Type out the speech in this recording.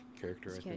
character